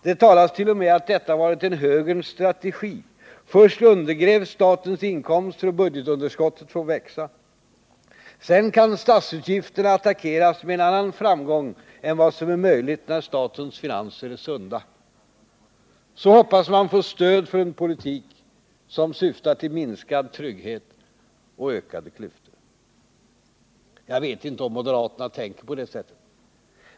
Det talas t.o.m. om att detta varit en högerns strategi. Först undergrävs statens inkomster och budgetunderskottet får växa. Sedan kan statsutgifterna attackeras med en annan framgång än vad som är möjligt när statens finanser är sunda. Så hoppas man få stöd för en politik som syftar till minskad trygghet och ökade klyftor. Jag vet inte om moderaterna tänker på detta sätt.